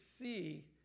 see